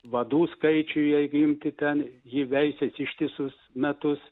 vadų skaičių jeigu imti ten ji veisiasi ištisus metus